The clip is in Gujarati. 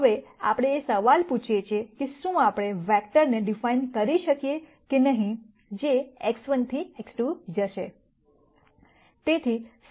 હવે આપણે એ સવાલ પૂછીએ છીએ કે શું આપણે વેક્ટરને ડીફાઈન કરી શકીએ કે નહીં જે x1 થી x2 જશે